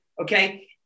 okay